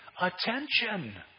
attention